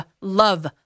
love